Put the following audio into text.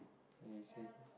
he say